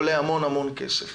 עולה המון המון כסף.